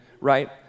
right